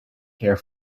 care